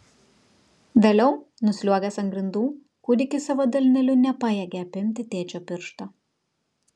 vėliau nusliuogęs ant grindų kūdikis savo delneliu nepajėgė apimti tėčio piršto